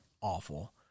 awful